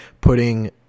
putting